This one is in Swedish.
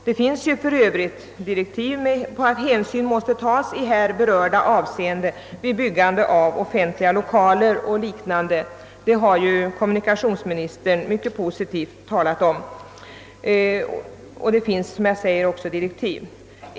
Det finns för övrigt direktiv angående de hänsyn som måste tas i här berörda avseenden vid byggande av offentliga lokaler och liknande och härom har också kommunikationsministern talat mycket positivt.